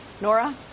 Nora